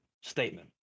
statement